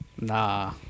Nah